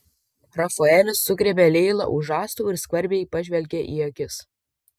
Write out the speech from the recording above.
rafaelis sugriebė leilą už žastų ir skvarbiai pažvelgė į akis